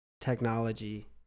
technology